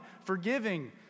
forgiving